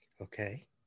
okay